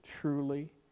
truly